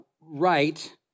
right